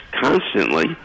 constantly